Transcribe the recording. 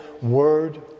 word